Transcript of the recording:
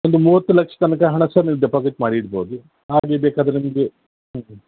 ಒಂದು ಮೂವತ್ತು ಲಕ್ಷ ತನಕ ಹಣ ಸಹ ನೀವು ಡೆಪಾಸಿಟ್ ಮಾಡಿ ಇಡಬಹುದು ಹಾಗೆ ಬೇಕಾದರೆ ನಿಮಗೆ